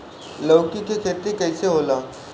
लौकी के खेती कइसे होला?